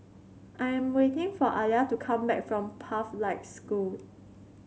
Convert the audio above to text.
I am waiting for Alia to come back from Pathlight School